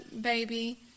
baby